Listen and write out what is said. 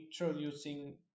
introducing